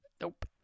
Nope